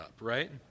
right